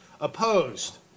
Opposed